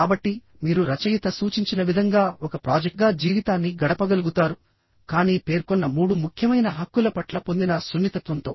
కాబట్టి మీరు రచయిత సూచించిన విధంగా ఒక ప్రాజెక్ట్గా జీవితాన్ని గడపగలుగుతారు కానీ పేర్కొన్న 3 ముఖ్యమైన హక్కుల పట్ల పొందిన సున్నితత్వంతో